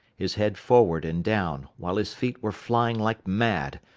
his head forward and down, while his feet were flying like mad,